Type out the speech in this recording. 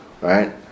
Right